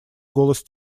голос